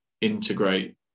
integrate